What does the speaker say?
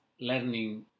learning